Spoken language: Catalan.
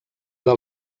del